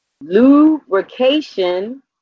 Lubrication